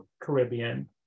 Caribbean